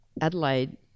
Adelaide